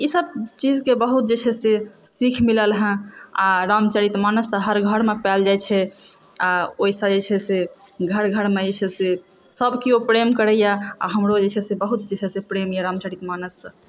ई सब चीजकेँ बहुत जे छै से सीख मिलल हँ आ रामचरित मानस तऽ हर घरमे पाएल जाइ छै आ ओहिसँ जे छै से घर घरमे जे छै से सब केओ प्रेम करैए आ हमरो जे छै से बहुत जे छै से प्रेम यऽरामचरित मानससँ